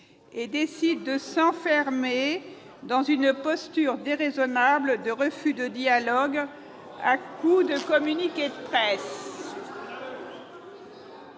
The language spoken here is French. et décidé de s'enfermer dans une posture déraisonnable de refus du dialogue à coups de communiqués de presse.